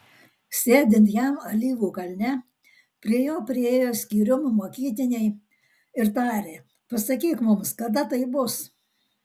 sėdint jam alyvų kalne prie jo priėjo skyrium mokytiniai ir tarė pasakyk mums kada tai bus